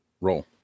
Roll